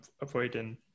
avoiding